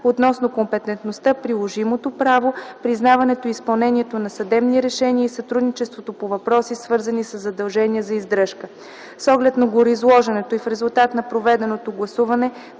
относно компетентността, приложимото право, признаването и изпълнението на съдебни решения и сътрудничеството по въпроси, свързани със задължения за издръжка. С оглед на гореизложеното и в резултат на проведеното гласуване,